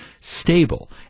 stable